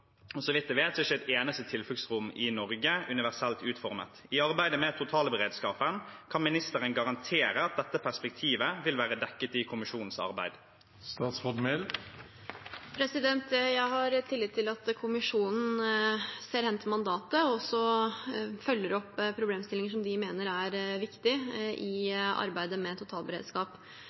Så vidt jeg vet, er ikke et eneste tilfluktsrom i Norge universelt utformet. Med tanke på arbeidet med totalberedskapen: Kan ministeren garantere at dette perspektivet vil være dekket i kommisjonens arbeid? Jeg har tillit til at kommisjonen ser hen til mandatet og også følger opp problemstillinger som de mener er viktige i arbeidet med totalberedskap.